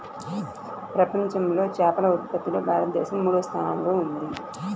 ప్రపంచంలో చేపల ఉత్పత్తిలో భారతదేశం మూడవ స్థానంలో ఉంది